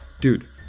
Dude